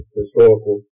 historical